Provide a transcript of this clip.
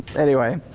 anyway,